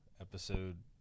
episode